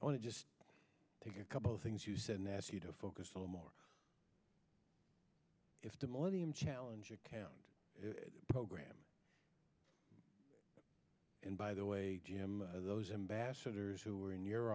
just want to just take a couple things you said and ask you to focus on a more if the millennium challenge account program and by the way jim those ambassadors who were in your